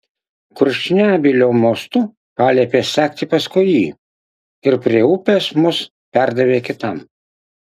kurčnebylio mostu paliepė sekti paskui jį ir prie upės mus perdavė kitam